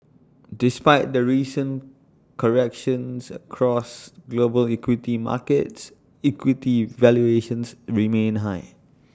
despite the recent corrections across global equity markets equity valuations remain high